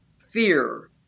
fear